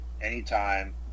anytime